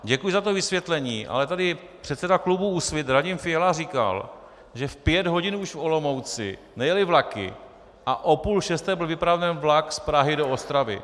Děkuji za to vysvětlení, ale tady předseda klubu Úsvit Radim Fiala říkal, že v pět hodin už v Olomouci nejely vlaky a o půl šesté byl vypraven vlak z Prahy do Ostravy.